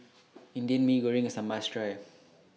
Indian Mee Goreng IS A must Try